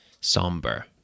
somber